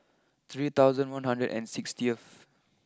three thousand one hundred and sixtieth